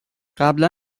قبلا